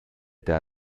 der